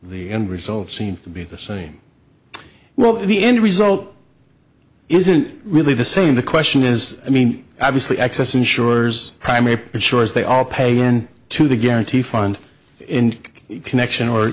the end result seems to be the same well the end result isn't really the same the question is i mean obviously access insurers primary insurers they all pay in to the guarantee fund in connection or